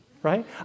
right